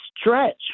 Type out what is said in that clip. stretch